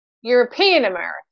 European-American